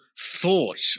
thought